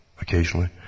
Occasionally